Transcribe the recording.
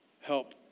help